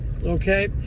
Okay